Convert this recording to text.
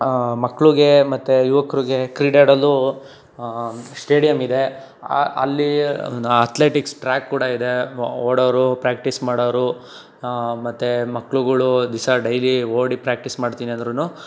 ಮಕ್ಳಿಗೆ ಮತ್ತೆ ಯುವಕರಿಗೆ ಕ್ರೀಡೆ ಆಡಲು ಶ್ಟೇಡಿಯಂ ಇದೆ ಅಲ್ಲಿ ಅಥ್ಲೆಟಿಕ್ಸ್ ಟ್ರ್ಯಾಕ್ ಕೂಡ ಇದೆ ಮ್ಮಓಡೋರು ಪ್ರಾಕ್ಟೀಸ್ ಮಾಡೋರು ಮತ್ತೆ ಮಕ್ಕಳುಗಳು ದಿಸಾ ಡೈಲಿ ಓಡಿ ಪ್ರಾಕ್ಟೀಸ್ ಮಾಡ್ತೀನಿ ಅಂದ್ರುನೂ